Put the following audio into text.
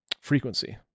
frequency